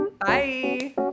Bye